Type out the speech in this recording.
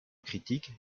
critiques